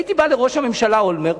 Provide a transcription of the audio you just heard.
הייתי בא לראש הממשלה אולמרט,